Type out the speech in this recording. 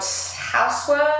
housework